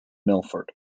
milford